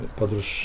podróż